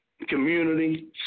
community